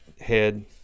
head